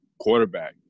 quarterback